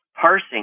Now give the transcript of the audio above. parsing